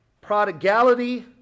prodigality